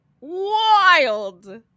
wild